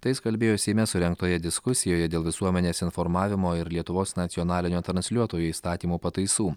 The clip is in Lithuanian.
tai jis kalbėjo seime surengtoje diskusijoje dėl visuomenės informavimo ir lietuvos nacionalinio transliuotojo įstatymo pataisų